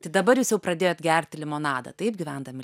tai dabar jūs jau pradėjot gert limonadą taip gyvendami